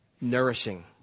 nourishing